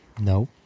no